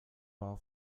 war